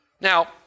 now